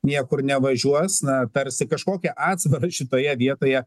niekur nevažiuos na tarsi kažkokia atsvara šitoje vietoje